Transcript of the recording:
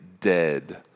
dead